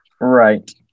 Right